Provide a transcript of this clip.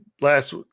last